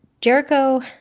Jericho